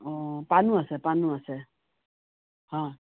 অ' পাণো আছে পাণো আছে অ'